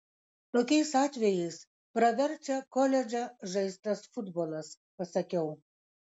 tokiais atvejais praverčia koledže žaistas futbolas pasakiau